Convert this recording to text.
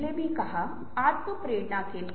मैं इसके साथ और क्या कर सकता हूं